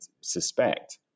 suspect